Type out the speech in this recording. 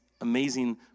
amazing